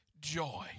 joy